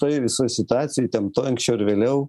toj visoj situacijoj įtemptoj anksčiau ar vėliau